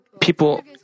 People